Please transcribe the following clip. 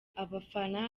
abafana